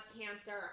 cancer